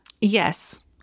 Yes